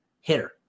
hitter